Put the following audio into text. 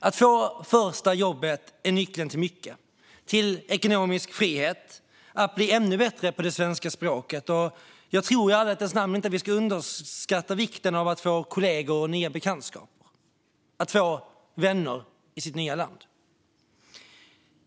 Att få första jobbet är nyckeln till mycket, exempelvis till ekonomisk frihet och till att bli ännu bättre på det svenska språket. Jag tror i ärlighetens namn inte att vi ska underskatta vikten av att få kollegor, nya bekantskaper och vänner i sitt nya land.